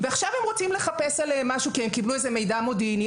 ועכשיו הם רוצים לחפש עליהם משהו כי הם קיבלו איזה מידע מודיעיני.